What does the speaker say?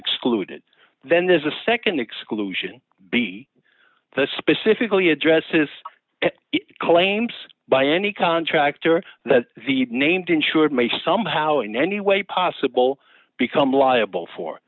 excluded then there's a nd exclusion be specifically addresses claims by any contractor that the named insured may somehow in any way possible become liable for